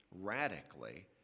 radically